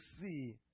see